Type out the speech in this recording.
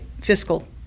fiscal